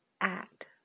act